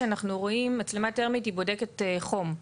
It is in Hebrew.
מצלמה טרמית היא בודקת חום,